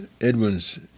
Edwin's